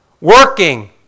Working